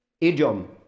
idiom